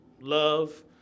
love